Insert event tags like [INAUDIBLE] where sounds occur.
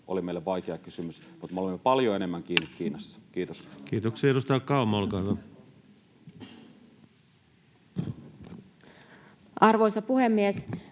olivat meille vaikea kysymys, mutta me olemme paljon enemmän kiinni [NOISE] Kiinassa. — Kiitos. Kiitoksia. — Edustaja Kauma, olkaa hyvä. Arvoisa puhemies!